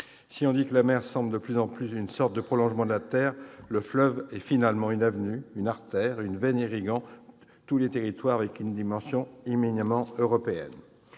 on le dit, la mer semble de plus en plus être une sorte de prolongement de la terre, le fleuve est finalement une avenue, une artère, une veine irriguant tous les territoires avec une dimension éminemment européenne.